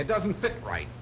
it doesn't fit right